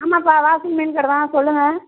ஆமாப்பா வாசுகி மீன் கடை தான் சொல்லுங்க